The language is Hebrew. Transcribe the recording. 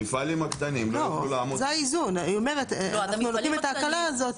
אנחנו נותנים את ההקלה הזאת